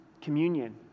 communion